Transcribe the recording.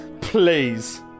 Please